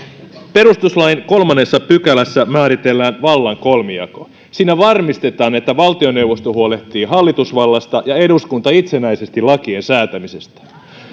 perustuslain kolmannessa pykälässä määritellään vallan kolmijako siinä varmistetaan että valtioneuvosto huolehtii hallitusvallasta ja eduskunta itsenäisesti lakien säätämisestä